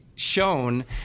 Shown